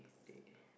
they